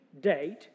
date